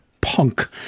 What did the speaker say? punk